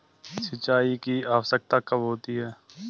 सिंचाई की आवश्यकता कब होती है?